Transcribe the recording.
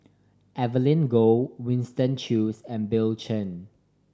Evelyn Goh Winston Choos and Bill Chen